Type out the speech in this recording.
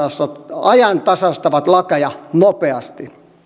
ajantasaistavat lakeja nopeasti